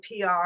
PR